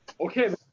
Okay